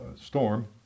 Storm